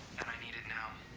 and i need it now.